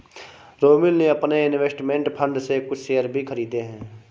रोमिल ने अपने investment fund से कुछ शेयर भी खरीदे है